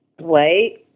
Wait